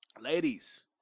Ladies